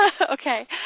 Okay